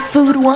Food